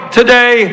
today